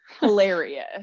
hilarious